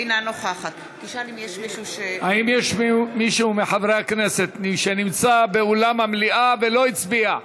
אינה נוכחת האם יש מישהו מחברי הכנסת שנמצא באולם המליאה ולא הצביע?